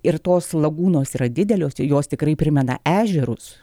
ir tos lagūnos yra didelios jos tikrai primena ežerus